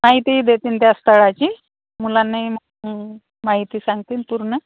माहिती देतील त्या स्थळाची मुलांनाही माहिती सांगतील न पूर्ण